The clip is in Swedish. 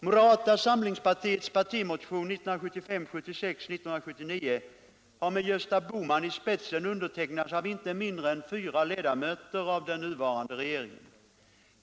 Moderata samlingspartiets partimotion 1975/76:1979 har, med Gösta Bohman i spetsen, undertecknats av inte mindre än fyra ledamöter av den nuvarande regeringen.